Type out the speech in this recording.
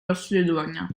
розслідування